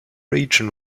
region